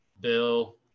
Bill